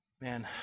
man